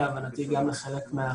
וכל התכנון בנוי ככה.